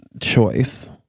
choice